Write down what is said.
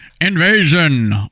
Invasion